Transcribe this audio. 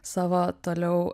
savo toliau